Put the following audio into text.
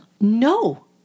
No